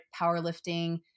powerlifting